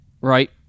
right